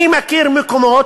אני מכיר מקומות,